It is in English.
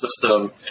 system